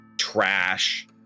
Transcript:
trash